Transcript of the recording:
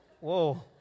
Whoa